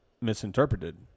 misinterpreted